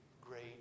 great